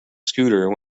scooter